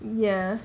ya